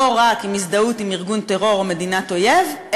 לא רק עם הזדהות עם ארגון טרור ומדינת אויב,